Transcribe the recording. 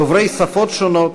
דוברי שפות שונות,